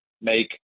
make